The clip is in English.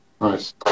Nice